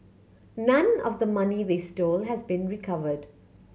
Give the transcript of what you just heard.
none of the money they stole has been recovered